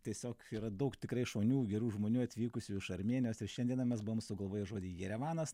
tiesiog yra daug tikrai šaunių gerų žmonių atvykusių iš armėnijos ir šiandieną mes buvom sugalvoję žodį jerevanas